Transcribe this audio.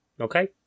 Okay